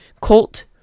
Colt